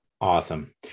Awesome